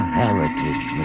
heritage